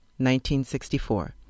1964